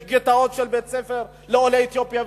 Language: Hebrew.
שיש גטאות של בית-ספר לעולי אתיופיה,